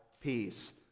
peace